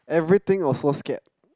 everything also scared